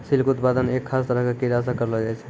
silk उत्पादन एक खास तरह के कीड़ा सॅ करलो जाय छै